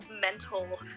mental